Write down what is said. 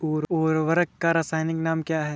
उर्वरक का रासायनिक नाम क्या है?